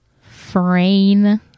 frame